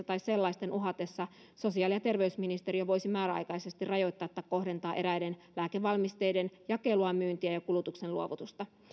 tai sellaisen uhatessa sosiaali ja terveysministeriö voisi määräaikaisesti rajoittaa tai kohdentaa eräiden lääkevalmisteiden jakelua myyntiä ja ja kulutukseen luovutusta